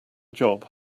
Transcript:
job